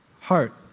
heart